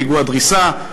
פיגוע דריסה,